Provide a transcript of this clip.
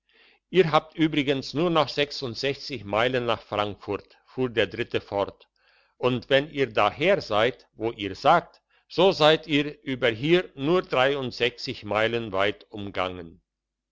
ihr habt übrigens nur noch meilen nach frankfurt fuhr der dritte fort und wenn ihr da her seid wo ihr sagt so seid ihr über hier nur meilen weit umgegangen